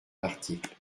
l’article